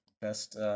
Best